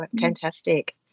fantastic